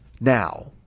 Now